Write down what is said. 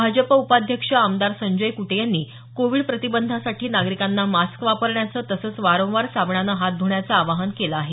भाजप प्रदेश उपाध्यक्ष आमदार संजय क्टे यांनी कोविड प्रतिबंधासाठी नागरिकांना मास्क वापरण्याचं तसंच वारंवार साबणानं हात ध्ण्याचं आवाहन केलं आहे